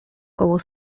koło